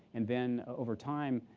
and then over time,